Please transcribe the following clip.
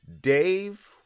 Dave